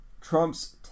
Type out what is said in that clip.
Trump's